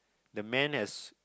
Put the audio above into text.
the man has